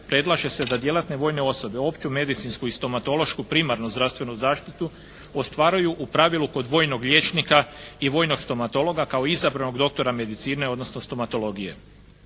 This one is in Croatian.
predlaže se da djelatne vojne osobe opću medicinsku i stomatološku primarnu zdravstvenu zaštitu ostvaruju u pravilu kod vojnog liječnika i vojnog stomatologa kao izabranog doktora medicine, odnosno stomatologije.